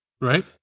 Right